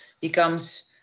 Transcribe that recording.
becomes